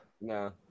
No